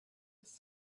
was